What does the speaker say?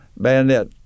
bayonet